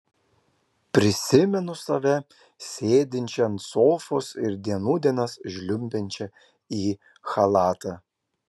prisimenu save sėdinčią ant sofos ir dienų dienas žliumbiančią į chalatą